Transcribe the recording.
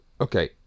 okay